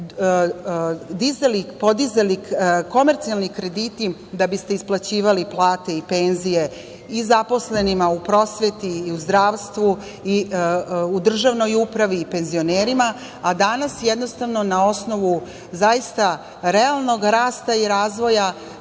i podizali komercijalni krediti da biste isplaćivali plate i penzije i zaposlenima u prosveti i u zdravstvu i u državnoj upravi i penzionerima, a danas jednostavno na osnovu zaista realnog rasta i razvoja